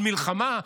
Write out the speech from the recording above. על מלחמה?